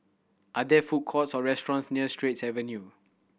are there food courts or restaurants near Straits View